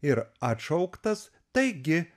ir atšauktas taigi